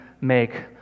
make